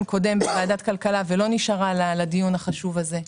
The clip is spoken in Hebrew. קודם בוועדת הכלכלה ולא נשארה לדיון החשוב הזה.